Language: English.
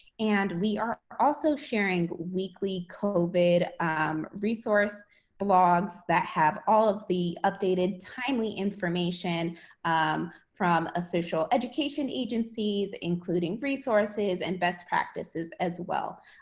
and we are also sharing weekly covid um resource blogs that have all of the updated, timely information from official education agencies, including resources and best practices as well.